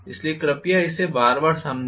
इसलिए कृपया इसे बार बार समझें